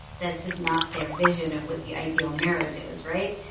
that's just not their vision of what the ideal marriage is, right?